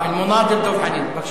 אל-מונאדי דב חנין, בבקשה.